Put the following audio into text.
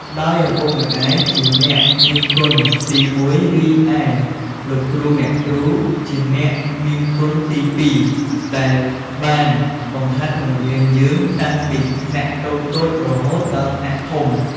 ដោយឪពុកម្តាយជាអ្នកមានគុណទីមួយរីឯលោកគ្រូ អ្នកគ្រូជាអ្នកមានគុណទីពីរដែលបានបង្ហាត់បង្រៀនយើងតាំងពីថ្នាក់តូចៗរហូតដល់ថ្នាក់ធំ។